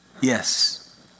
Yes